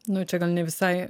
nu čia gal ne visai